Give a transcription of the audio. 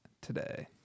today